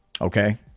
Okay